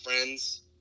friends